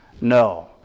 No